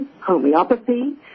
homeopathy